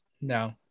No